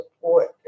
support